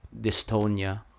dystonia